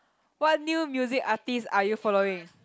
what new music artist are you following